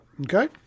Okay